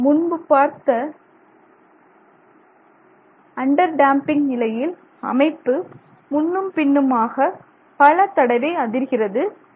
நாம் முன்பு பார்த்த அண்டர் டேம்பிங் நிலையில் அமைப்பு முன்னும் பின்னுமாக பல தடவை அதிர்கிறது